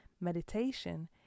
meditation